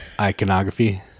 iconography